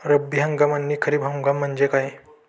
रब्बी हंगाम आणि खरीप हंगाम म्हणजे काय?